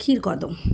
ক্ষীর কদম